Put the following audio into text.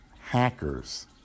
hackers